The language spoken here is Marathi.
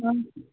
हो